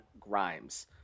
Grimes